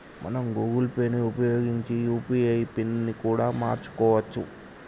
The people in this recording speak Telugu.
మనం గూగుల్ పే ని ఉపయోగించి యూ.పీ.ఐ పిన్ ని కూడా మార్చుకోవచ్చు